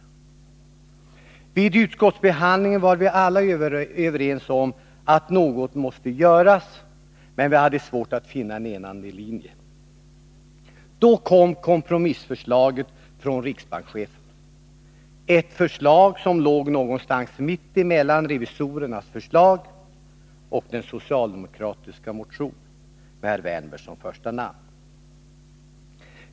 Vid ärendets utskottsbehandling var det svårt att finna en enande linje. Så kom kompromissförslaget från riksbankschefen — ett förslag som låg någonstans mitt emellan revisorernas förslag och förslaget i den socialdemokratiska motionen med herr Wärnberg som första namn.